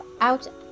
out